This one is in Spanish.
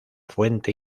fuente